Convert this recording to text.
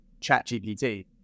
ChatGPT